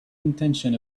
intention